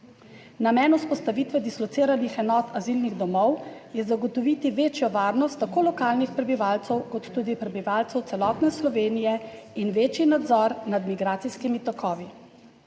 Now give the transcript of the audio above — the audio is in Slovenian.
Namen vzpostavitve dislociranih enot azilnih domov je zagotoviti večjo varnost tako lokalnih prebivalcev kot tudi prebivalcev celotne Slovenije in večji nadzor nad migracijskimi tokovi.